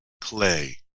clay